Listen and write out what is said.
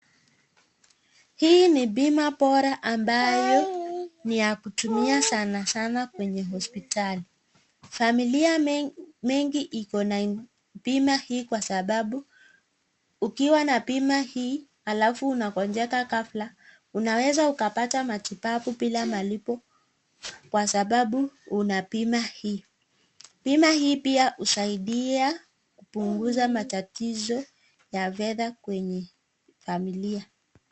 Hii ni bima bora ambayo ni ya kutumia sana sana kwenye hospitali. Familia mengi iko na bima hii kwa sababu, ukiwa na bima hii alafu unagonjeka ghafla, unaweza ukapata matibabu bila malipo kwa sababu una bima hii. Bima hii pia husaidia kupunguza matatizo ya fedha kwenye familia.